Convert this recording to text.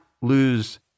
lose